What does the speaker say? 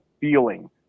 feeling